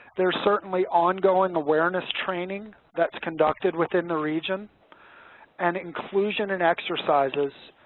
there's certainly ongoing awareness training that's conducted within the region and inclusion in exercises